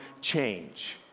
change